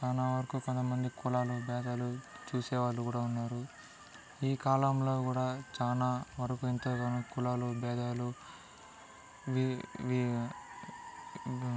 చాలా వరకు కొంతమంది కులాలు బేధాలు చూసేవాళ్ళు కూడా ఉన్నారు ఈ కాలంలో కూడా చాలా వరకు ఎంతో కులాలు బేధాలు వి వి